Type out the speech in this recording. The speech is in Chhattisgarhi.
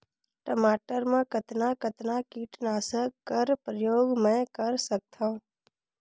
टमाटर म कतना कतना कीटनाशक कर प्रयोग मै कर सकथव?